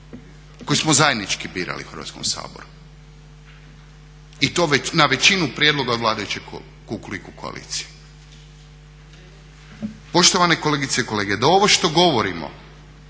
koji smo zajednički birali u Hrvatskom saboru. I to na većinu prijedloga vladajuće kukuriku koalicije. Poštovane kolegice i kolege da ovo što govorimo